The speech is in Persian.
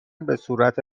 بهصورت